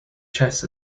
chess